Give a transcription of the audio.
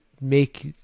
make